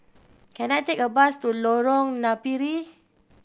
can I take a bus to Lorong Napiri